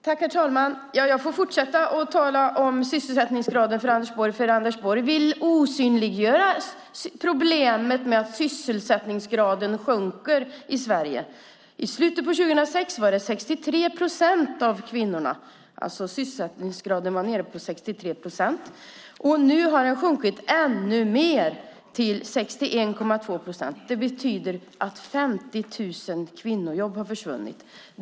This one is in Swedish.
Herr talman! Jag får fortsätta att tala om sysselsättningsgraden. Anders Borg vill osynliggöra problemet med att sysselsättningsgraden sjunker i Sverige. I slutet av 2006 var sysselsättningsgraden nere på 63 procent för kvinnorna. Nu har den sjunkit ännu mer, till 61,2 procent. Det betyder att 50 000 kvinnojobb har försvunnit.